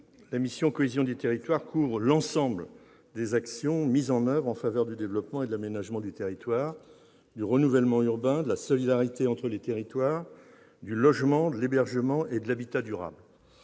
la mission « Cohésion des territoires » couvre l'ensemble des actions mises en oeuvre en faveur du développement et de l'aménagement du territoire, du renouvellement urbain, de la solidarité entre les territoires, du logement, de l'hébergement et de l'habitat durable.